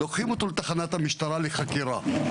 לוקחים אותו לתחנת המשטרה לחקירה.